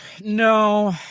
No